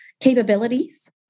capabilities